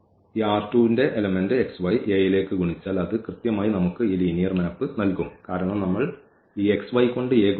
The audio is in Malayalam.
ഈ ന്റെ ഘടകം A ലേക്ക് ഗുണിച്ചാൽ അത് കൃത്യമായി നമുക്ക് ഈ ലീനിയർ മാപ്പ് നൽകും കാരണം നമ്മൾ ഈ കൊണ്ട് A ഗുണിച്ചാൽ